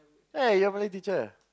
eh you're a Malay teacher